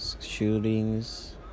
Shootings